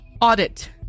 Audit